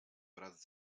wraz